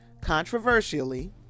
controversially